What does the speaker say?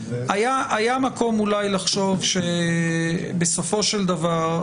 שהיה מקום אולי לחשוב שבסופו של דבר,